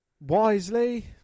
Wisely